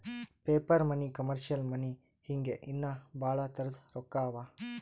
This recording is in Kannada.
ಪೇಪರ್ ಮನಿ, ಕಮರ್ಷಿಯಲ್ ಮನಿ ಹಿಂಗೆ ಇನ್ನಾ ಭಾಳ್ ತರದ್ ರೊಕ್ಕಾ ಅವಾ